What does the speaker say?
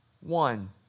one